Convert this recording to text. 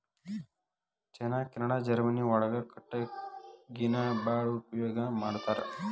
ಚೇನಾ Canada Germany ಒಳಗ ಕಟಗಿನ ಬಾಳ ಉಪಯೋಗಾ ಮಾಡತಾರ